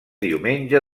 diumenge